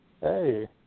Hey